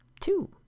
two